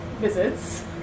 visits